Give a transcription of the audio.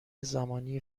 زمانی